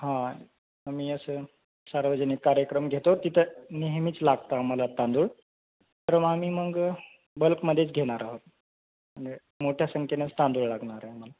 हां आम्ही असं सार्वजनिक कार्यक्रम घेतो तिथं नेहमीच लागतं आम्हाला तांदूळ तर मग आम्ही मग बल्कमध्येच घेणार आहोत म्हणजे मोठ्या संख्येनंच तांदूळ लागणार आहे आम्हाला